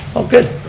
oh good.